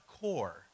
core